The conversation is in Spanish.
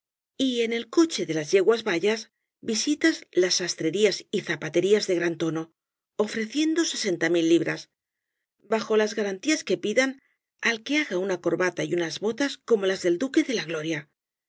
y en el coche de las yeguas bayas visitas las sastrerías y zapaterías de gran tono ofreciendo sesenta mil libras bajo las garantías que pidan al que haga una corbata y unas botas como las del duque de la gloria